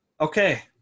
Okay